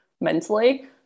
mentally